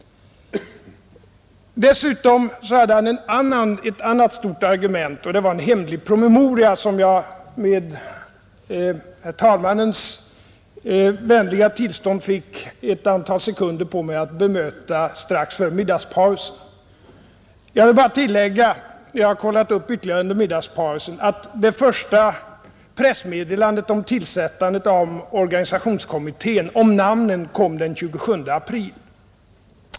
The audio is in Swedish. Dessutom hade han ett annat stort argument — en hemlig promemoria — som jag med herr talmannens vänliga tillstånd fick ett antal sekunder på mig att bemöta strax före middagspausen. Jag vill bara tillägga — jag har kollat upp det hela ytterligare under middagspausen — att det första pressmeddelandet beträffande namnen på ledamöterna i den tillsatta organisationskommittén gavs den 27 april.